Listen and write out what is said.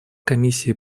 комиссии